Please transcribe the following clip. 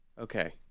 Okay